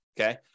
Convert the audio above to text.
Okay